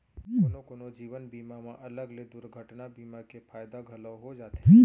कोनो कोनो जीवन बीमा म अलग ले दुरघटना बीमा के फायदा घलौ हो जाथे